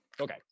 okay